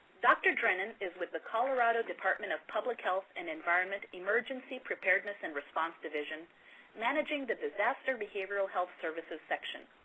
dr. drennen is with the colorado department of public health and environment emergency preparedness and response division managing the disaster behavioral health services section.